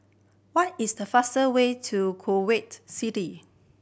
what is the fastest way to Kuwait City